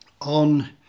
on